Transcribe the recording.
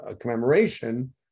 commemoration